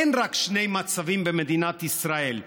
אין רק שני מצבים במדינת ישראל.